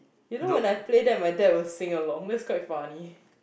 you know when I play that my dad will sing along that's quite funny